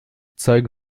zeigen